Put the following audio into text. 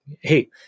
Hey